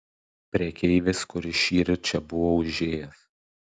prekeivis kuris šįryt čia buvo užėjęs